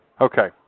Okay